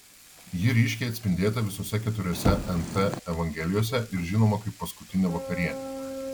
ji ryškiai atspindėta visose keturiose nt evangelijose ir žinoma kaip paskutinė vakarienė